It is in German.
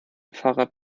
fahrrad